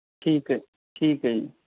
ਠੀਕ ਹੈ ਠੀਕ ਹੈ ਜੀ